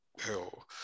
hell